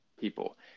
people